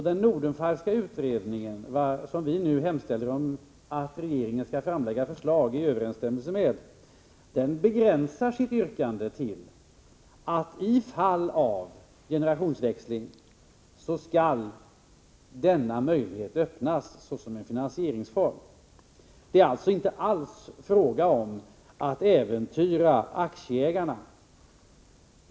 Den Nordenfalkska utredningen, som vi nu hemställer om att regeringen skall framlägga förslag i överensstämmelse med, begränsar sitt yrkande till att denna möjlighet skall öppnas som en finansieringsform i fall av generations liga frågor växling. Det är alltså inte alls fråga om att äventyra aktieägarna.